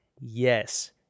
Yes